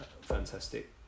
fantastic